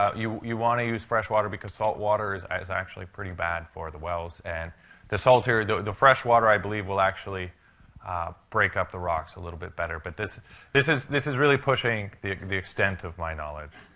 ah you you want to use fresh water because salt water is actually pretty bad for the wells. and the saltier the the fresh water, i believe, will actually break up the rocks a little bit better. but this this is this is really pushing the the extent of my knowledge,